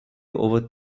over